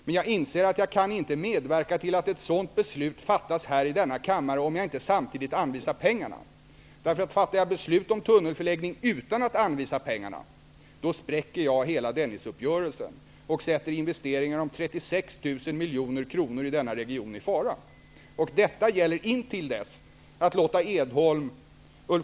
Men jag inser att jag inte kan medverka till att ett sådant beslut fattas här i denna kammare om jag inte samtidigt anvisar pengarna. Fattar jag beslut om tunnelförläggning utan att anvisa pengar spräcker jag hela Dennisuppgörelsen och sätter investeringar på 36 000 miljoner i denna region i fara.